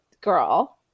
girl